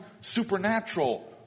supernatural